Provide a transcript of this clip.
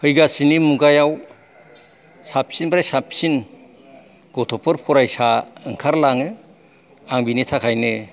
फैगासिनो मुगायाव साबसिननिफ्राय साबसिन गथ'फोर फरायसा ओंखारलाङो आं बेनि थाखायनो